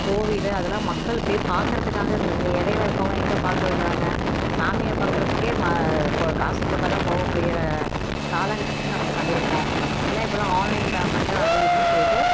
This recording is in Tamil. கோவில் அதெல்லாம் மக்கள் போய் பார்க்குறதுக்காகங்க இடைல இருக்கறவங்க எங்கே பார்க்க விடுறாங்க சாமியை பார்க்கறதுக்கே மா கோ காசு போட்டால் தான் போக முடிகிற காலக்கட்டத்துக்கு நம்ம தள்ளி இருக்கோம் இல்லை இப்பெலாம் ஆன்லைன் பேமெண்டு அது இதுன்னு சொல்லிட்டு